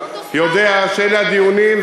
יודע שאלה הדיונים,